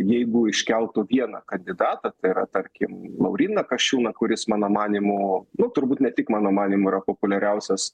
jeigu iškeltų vieną kandidatą tai yra tarkim lauryną kasčiūną kuris mano manymu nu turbūt ne tik mano manymu yra populiariausias